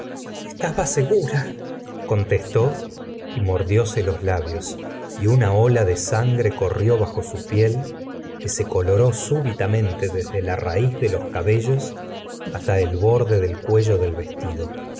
estaba segura contestó y mordióse los labios y una ola de sangre corrió bajo su piel que se coloró súbitamente desde la raíz de los cabellos hasta el borde del cuello del vestido